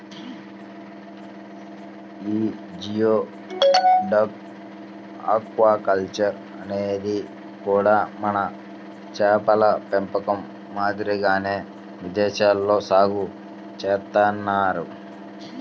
యీ geoduck aquaculture అనేది కూడా మన చేపల పెంపకం మాదిరిగానే విదేశాల్లో సాగు చేత్తన్నారు